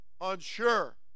unsure